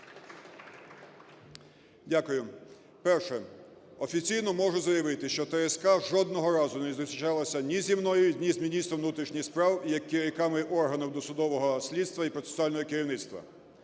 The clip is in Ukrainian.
Дякую. Перше. Офіційно можу заявити, що ТСК жодного разу не зустрічалася ні зі мною, ні з міністром внутрішніх справ як керівниками органів досудового слідства і процесуального керівництва.